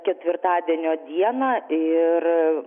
ketvirtadienio dieną ir